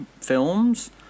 films